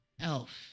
Elf